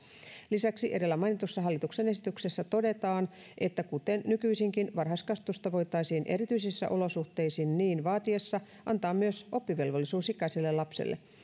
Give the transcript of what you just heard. lisäksi edellä mainitussa hallituksen esityksessä todetaan kuten nykyisinkin varhaiskasvatusta voitaisiin erityisten olosuhteiden niin niin vaatiessa antaa myös oppivelvollisuusikäiselle lapselle